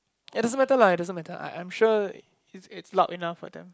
it doesn't matter lah it doesn't matter I I'm sure it's loud enough for them